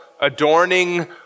adorning